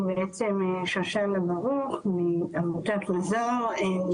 אני שושנה ברוך מעמותת מזור,